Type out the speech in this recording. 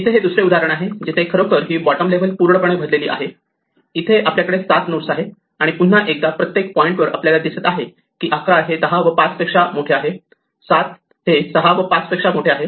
इथे हे दुसरे उदाहरण आहे जिथे खरोखर ही बॉटम लेव्हल पूर्णपणे भरलेली आहे इथे आपल्याकडे 7 नोडस् आहेत आणि पुन्हा एकदा प्रत्येक पॉईंटवर आपल्याला दिसत आहे की 11 हे 10 व 5 पेक्षा मोठे आहे 7 हे 6 व 5 पेक्षा मोठे आहे